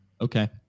Okay